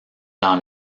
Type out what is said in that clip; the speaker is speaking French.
dans